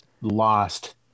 lost